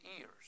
ears